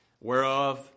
Whereof